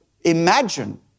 imagine